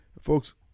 Folks